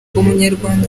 umunyarwanda